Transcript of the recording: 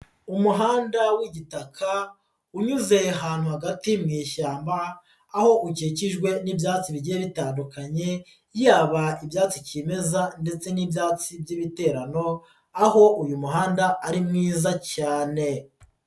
Umuhanda w'igitaka unyuze ahantu hagati mu ishyamba, aho ukikijwe n'ibyatsi bigiye bitandukanye yaba ibyatsi kimeza ndetse n'ibyatsi by'ibiterano, aho uyu muhanda ari mwiza cyane.